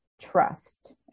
Trust